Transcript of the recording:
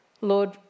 Lord